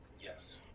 Yes